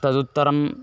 तदुत्तरम्